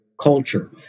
culture